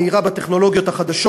בטכנולוגיות החדשות,